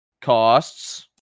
costs